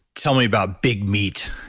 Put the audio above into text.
tell me about big meat.